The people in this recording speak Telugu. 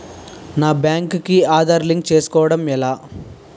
నా బ్యాంక్ కి ఆధార్ లింక్ చేసుకోవడం ఎలా?